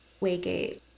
waygate